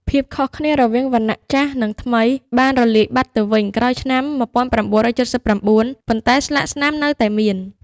ភាពខុសគ្នារវាងវណ្ណៈចាស់ និងថ្មី បានរលាយបាត់ទៅវិញក្រោយឆ្នាំ ១៩៧៩ ប៉ុន្តែស្លាកស្នាមនៅតែមាន។